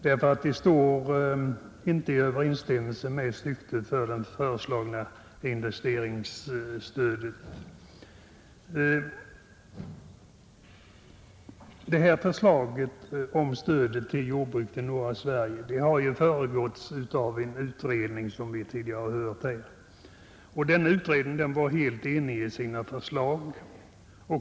Detta står nämligen inte i överensstämmelse med syftet med det föreslagna investeringsstödet. Förslaget om stöd till jordbruket i norra Sverige har föregåtts av en utredning, som tidigare framhållits här. Den utredningen var helt enig i sina förslag.